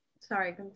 Sorry